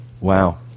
Wow